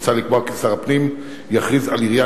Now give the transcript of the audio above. מוצע לקבוע כי שר הפנים יכריז על עירייה